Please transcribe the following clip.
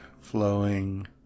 flowing